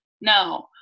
no